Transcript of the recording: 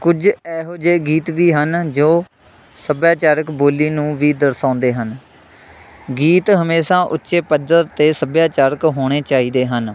ਕੁਝ ਇਹੋ ਜਿਹੇ ਗੀਤ ਵੀ ਹਨ ਜੋ ਸੱਭਿਆਚਾਰਿਕ ਬੋਲੀ ਨੂੰ ਵੀ ਦਰਸਾਉਂਦੇ ਹਨ ਗੀਤ ਹਮੇਸ਼ਾ ਉੱਚੇ ਪੱਧਰ 'ਤੇ ਸੱਭਿਆਚਾਰਿਕ ਹੋਣੇ ਚਾਹੀਦੇ ਹਨ